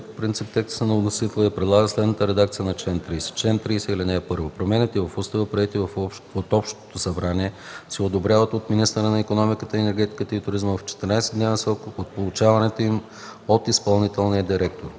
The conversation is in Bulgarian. принцип текста на вносителя и предлага следната редакция на чл. 30: „Чл. 30. (1) Промените в устава, приети от общото събрание, се одобряват от министъра на икономиката, енергетиката и туризма в 14-дневен срок от получаването им от изпълнителния директор.